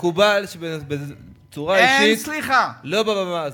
מקובל שבצורה אישית, לא בבמה הזאת.